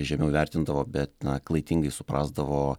žemiau vertindavo bet na klaidingai suprasdavo